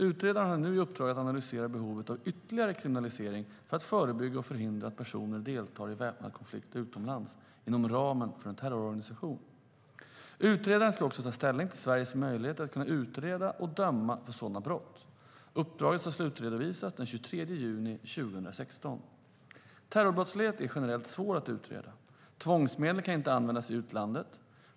Utredaren har nu i uppdrag att analysera behovet av ytterligare kriminalisering för att förebygga och förhindra att personer deltar i väpnad konflikt utomlands inom ramen för en terrororganisation. Utredaren ska också ta ställning till Sveriges möjligheter att utreda och döma för sådana brott. Uppdraget ska slutredovisas den 23 juni 2016. Terrorbrottslighet är generellt svår att utreda. Tvångsmedel kan inte användas i utlandet.